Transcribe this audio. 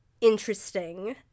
interesting